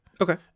Okay